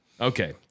Okay